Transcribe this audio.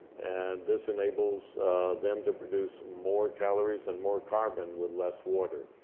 and this enables them to produce more calories and more carbon with less water.